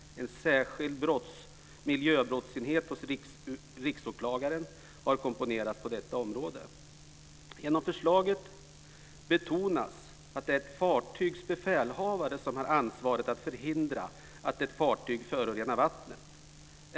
En särskild miljöbrottsenhet hos Riksåklagaren har konstruerats på detta område. Genom förslaget betonas att det är ett fartygs befälhavare som har ansvaret att förhindra att ett fartyg förorenar vattnet.